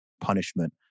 punishment